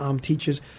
teachers